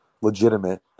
legitimate